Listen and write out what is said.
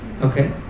okay